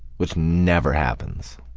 which never happens.